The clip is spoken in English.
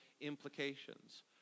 implications